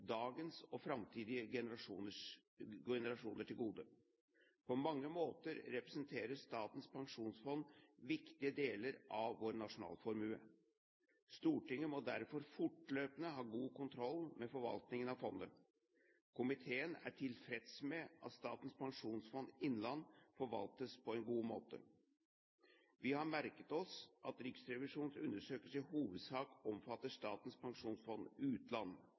dagens og framtidige generasjoner til gode. På mange måter representerer Statens pensjonsfond viktige deler av vår nasjonalformue. Stortinget må derfor fortløpende ha god kontroll med forvaltningen av fondet. Komiteen er tilfreds med at Statens pensjonsfond innland forvaltes på en god måte. Vi har merket oss at Riksrevisjonens undersøkelser i hovedsak omfatter Statens pensjonsfond utland,